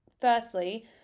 Firstly